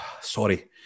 sorry